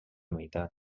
meitat